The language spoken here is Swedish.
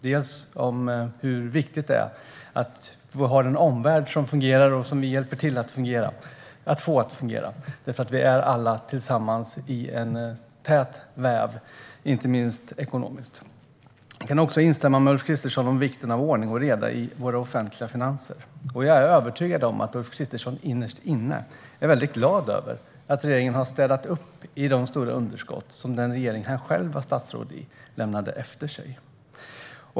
Det handlar bland annat om hur viktigt det är att vi har en omvärld som fungerar och att vi hjälper till att få den att fungera, för vi är alla tillsammans i en tät väv, inte minst ekonomiskt. Jag kan också instämma med Ulf Kristersson när det gäller vikten av ordning och reda i våra offentliga finanser. Jag är övertygad om att Ulf Kristersson innerst inne är väldigt glad över att regeringen har städat upp i de stora underskott som den regering han själv var statsråd i lämnade efter sig.